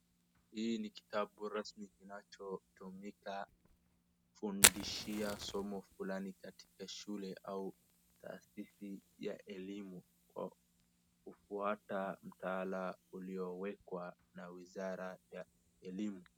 Hii ni kitabu rasmi kinachotumika kufundishia somo fulani katika shule au taasisi ya elimu kwa kufuata mtaala uliowekwa na wizara ya elimu.